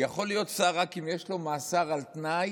יכול להיות שר רק אם יש לו מאסר על תנאי,